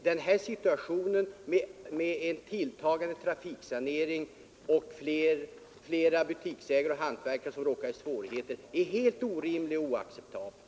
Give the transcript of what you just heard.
Den nuvarande utvecklingen med tilltagande antal trafiksaneringar och allt flera butiksägare och hantverkare som råkar i svårigheter är helt orimlig och oacceptabel.